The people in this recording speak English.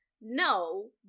no